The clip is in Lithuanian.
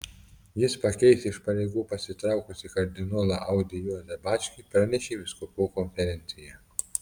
jis pakeis iš pareigų pasitraukusį kardinolą audrį juozą bačkį pranešė vyskupų konferencija